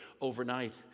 overnight